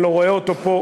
אני לא רואה אותו פה,